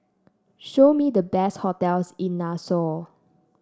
show me the best hotels in Nassau